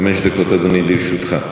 חמש דקות, אדוני, לרשותך.